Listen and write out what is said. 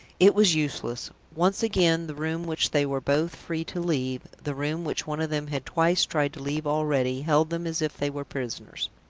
it was useless. once again, the room which they were both free to leave, the room which one of them had twice tried to leave already, held them as if they were prisoners.